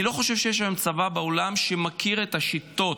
אני לא חושב שיש היום צבא בעולם שמכיר את השיטות